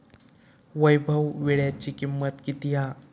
वैभव वीळ्याची किंमत किती हा?